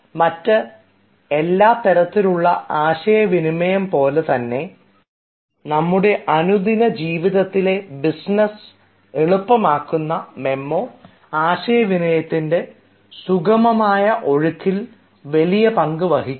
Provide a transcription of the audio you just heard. മറ്റ് എല്ലാ തരത്തിലുള്ള ആശയവിനിമയം പോലെ തന്നെ നമ്മുടെ അനുദിന ജീവിതത്തിലെ ബിസിനസ് എളുപ്പമാക്കുന്ന മെമ്മോ ആശയവിനിമയത്തിൻറെ സുഗമമായ ഒഴുക്കിന് വലിയ പങ്കു വഹിക്കുന്നു